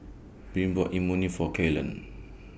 Breann bought Imoni For Ceylon